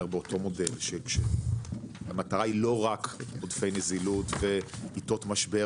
באותו מודל שהמטרה היא לא רק עודפי נזילות ועתות משבר